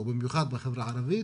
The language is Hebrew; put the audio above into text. או במיוחד בחברה הערבית.